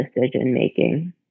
decision-making